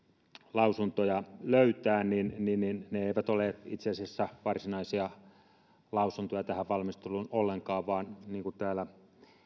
lausuntoja löytää niin niin ne eivät ole itse asiassa varsinaisia lausuntoja tähän valmisteluun ollenkaan vaan niin kuin täällä